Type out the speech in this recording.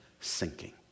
sinking